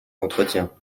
d’entretien